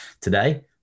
today